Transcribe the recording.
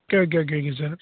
okay okay okay okay sir